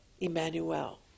Emmanuel